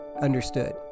understood